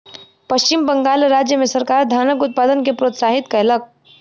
पश्चिम बंगाल राज्य मे सरकार धानक उत्पादन के प्रोत्साहित कयलक